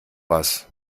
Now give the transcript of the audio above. was